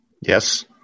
Yes